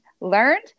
learned